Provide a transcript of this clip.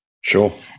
Sure